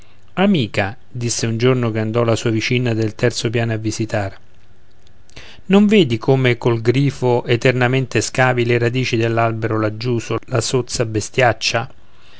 amica disse un giorno che andò la sua vicina del terzo piano a visitar non vedi come col grifo eternamente scavi le radici dell'albero laggiuso la sozza bestiaccia